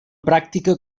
pràctica